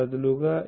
ఇది 1